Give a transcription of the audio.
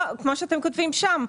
או כמו שאתם כותבים שם,